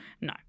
no